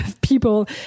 people